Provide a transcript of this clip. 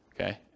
Okay